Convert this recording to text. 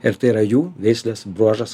ir tai yra jų veislės bruožas